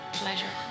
pleasure